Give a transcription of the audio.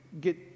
get